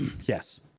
Yes